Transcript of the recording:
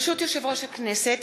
ברשות יושב-ראש הכנסת,